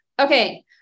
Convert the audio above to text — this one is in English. Okay